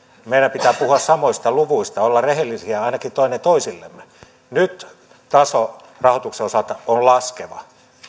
meidän pitää puhua samoista luvuista olla rehellisiä ainakin toinen toisillemme nyt taso rahoituksen osalta on laskeva